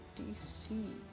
DC